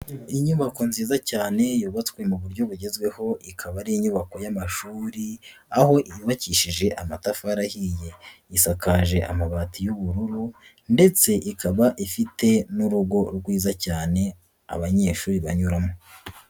Inyubako nziza cyane yubatswe mu buryo bugezweho ikaba ari inyubako y'amashuri, aho yubakishije amatafari ahiye, isakaje amabati y'ubururu ndetse ikaba ifite n'urugo rwiza cyane abanyeshuri banyuramo.